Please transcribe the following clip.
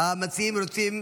המציעים רוצים.